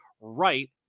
right